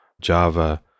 Java